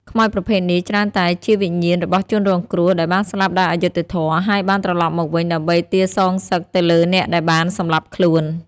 ខ្មោចប្រភេទនេះច្រើនតែជាវិញ្ញាណរបស់ជនរងគ្រោះដែលបានស្លាប់ដោយអយុត្តិធម៌ ហើយបានត្រឡប់មកវិញដើម្បីទារសងសឹកទៅលើអ្នកដែលបានសម្លាប់ខ្លួន។